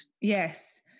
Yes